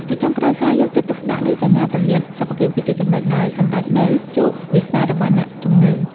ជាចុងក្រោយ ការយកចិត្តទុកដាក់លើសញ្ញាព្រមានសុខភាព គឺជាចំណុចដែលសម្រេចនូវជោគវាសនារបស់អ្នកជំងឺ។